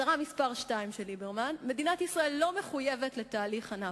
הצהרה מספר שתיים של ליברמן: מדינת ישראל לא מחויבת לתהליך אנאפוליס.